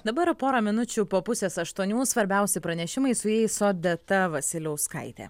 dabar pora minučių po pusės aštuonių svarbiausi pranešimai su jais odeta vasiliauskaitė